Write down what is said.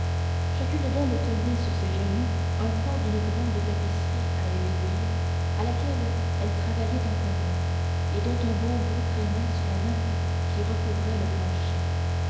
chacune d'elles tenait sur ses genoux un pan d'une grande tapisserie à l'aiguille à laquelle elles travaillaient en commun et dont un bon bout traînait sur la natte qui recouvrait le plancher